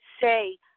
say